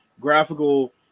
graphical